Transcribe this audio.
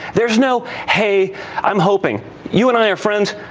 there is no hey i'm hoping you and i are friends.